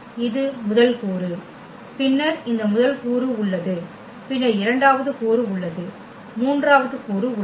இது முதல் கூறு பின்னர் இந்த முதல் கூறு உள்ளது பின்னர் இரண்டாவது கூறு உள்ளது மூன்றாவது கூறு உள்ளது